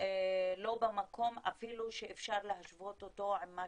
לא במקום אפילו שאפשר להשוות אותו עם מה